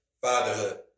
fatherhood